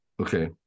Okay